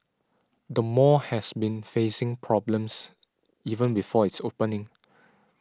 the mall has been facing problems even before its opening